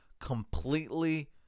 completely